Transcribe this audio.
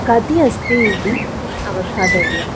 काति अस्ति इति अवधातव्यम्